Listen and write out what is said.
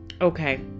okay